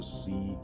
see